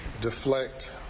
deflect